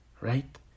Right